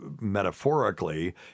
metaphorically